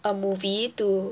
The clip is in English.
a movie to